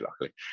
luckily